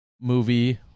movie